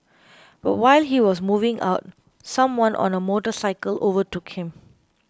but while he was moving out someone on a motorcycle overtook him